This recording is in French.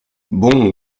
bon